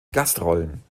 gastrollen